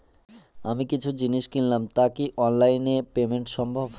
আমি কিছু জিনিস কিনলাম টা কি অনলাইন এ পেমেন্ট সম্বভ?